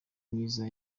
myiza